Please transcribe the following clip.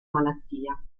malattia